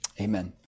Amen